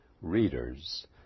readers